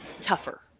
tougher